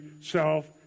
self